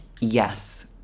Yes